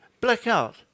blackout